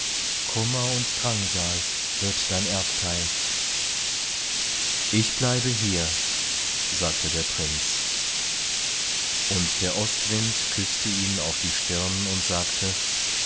kummer und drangsal wird dein erbteil ich bleibe hier sagte der prinz und der ostwind küßte ihn auf die stirn und sagte